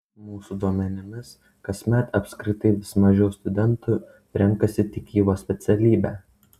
mūsų duomenimis kasmet apskritai vis mažiau studentų renkasi tikybos specialybę